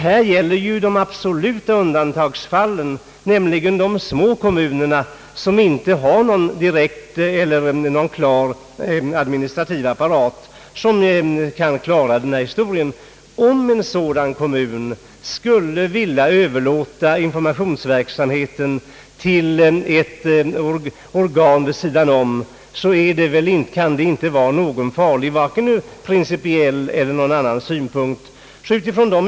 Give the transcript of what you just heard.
Här gäller det de absoluta undantagsfallen, nämligen de små kommuner som inte har någon administrativ apparat för detta ändamål. Om en sådan kommun skulle vilja överlåta informationsverksamheten till ett organ vid sidan om kan det inte vara farligt varken ur principiell eller annan synpunkt.